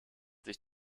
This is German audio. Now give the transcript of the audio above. sich